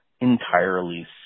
entirely